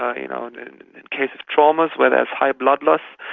ah you know, in case of traumas where there is high blood loss.